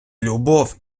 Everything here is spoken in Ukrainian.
любов